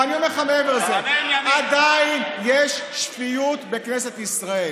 ואני אענה לך מעבר לזה: עדיין יש שפיות בכנסת ישראל.